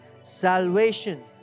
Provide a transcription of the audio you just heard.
salvation